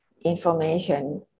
information